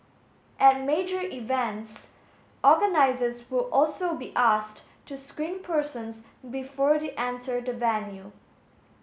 at major events organisers will also be asked to screen persons before they enter the venue